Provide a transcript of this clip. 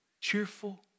cheerful